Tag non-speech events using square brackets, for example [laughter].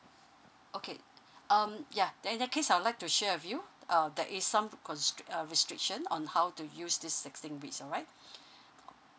okay um ya then in that case I would like to share with you uh there is some constri~ uh restriction on how to use this sixteen weeks alright [breath]